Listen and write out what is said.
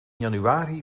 januari